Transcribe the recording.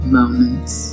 moments